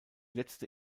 letzte